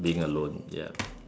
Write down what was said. being alone yup